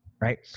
right